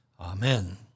Amen